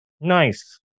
Nice